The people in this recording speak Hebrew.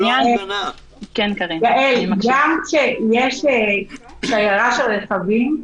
גאל, גם כשיש שיירה של רכבים,